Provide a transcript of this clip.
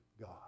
God